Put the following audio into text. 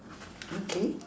okay